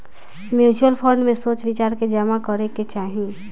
mutual fund में सोच विचार के जामा करे के चाही